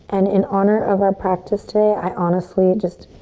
and in honor of our practice today, i honestly just,